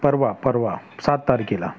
परवा परवा सात तारखेला